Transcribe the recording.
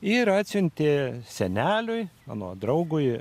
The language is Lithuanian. ir atsiuntė seneliui mano draugui